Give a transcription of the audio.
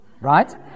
right